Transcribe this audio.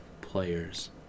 players